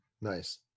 Nice